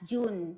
June